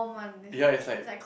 ya is like